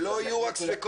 שלא יהיו ספקות.